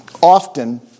Often